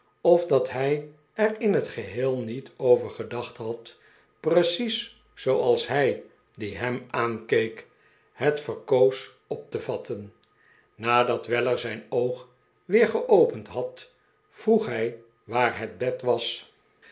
of dat hij er in het geheel niet over gedacht had precies zooals hij die hem aankeek het verkoos op te vatten nadat weller zijn oog weer geopend had vroeg hij waar het bed was